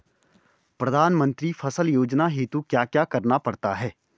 प्रधानमंत्री फसल योजना हेतु क्या क्या करना पड़ता है?